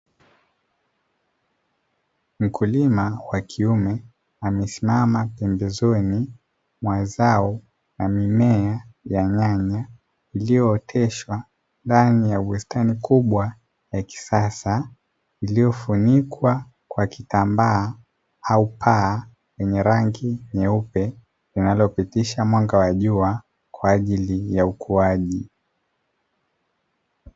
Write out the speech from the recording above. Mkulima wa kiume amesimama pembezoni mwa zao la mimea ya nyanya iliyooteshwa ndani ya bustani kubwa ya kisasa iliyofunikwa kwa kitambaa au paa lenye rangi nyeupe, linalopitisha mwanga wa jua kwa ajili ya ukuaji.